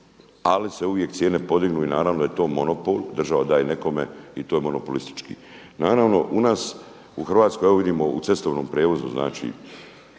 ali se uvijek cijene podignu i naravno da je to monopol, država daje nekome i to je monopolistički. Naravno u nas u Hrvatskoj evo vidimo u cestovnom prijevozu što